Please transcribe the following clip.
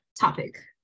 topic